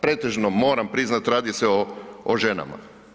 Pretežno, moram priznat radi se o, o ženama.